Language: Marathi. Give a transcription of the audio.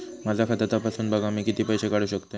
माझा खाता तपासून बघा मी किती पैशे काढू शकतय?